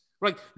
right